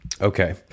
Okay